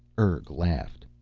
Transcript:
urg laughed.